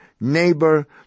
neighbor